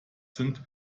sind